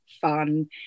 fun